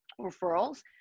referrals